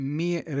meer